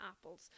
apples